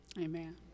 Amen